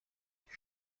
die